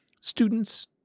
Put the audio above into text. students